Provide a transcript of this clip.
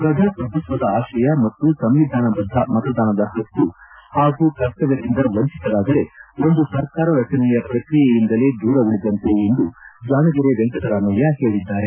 ಪ್ರಜಾಪ್ರಭುತ್ವದ ಆಶಯ ಮತ್ತು ಸಂವಿಧಾನ ಬದ್ದ ಮತದಾನದ ಪಕ್ಕು ಹಾಗೂ ಕರ್ತವ್ಯದಿಂದ ವಂಚಿತರಾದರೆ ಒಂದು ಸರ್ಕಾರ ರಚನೆಯ ಪ್ರಕ್ರಿಯೆಯಿಂದಲೇ ದೂರ ಉಳಿದಂತೆ ಎಂದು ಜಾಣಗೆರೆ ವೆಂಕಟರಾಮಯ್ಯ ಹೇಳಿದ್ದಾರೆ